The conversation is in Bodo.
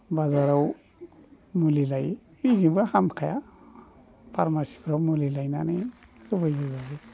बाजाराव मुलि लायो बेजोंबो हामखाया फार्मासिफ्राव मुलि लायनानै होबायबायो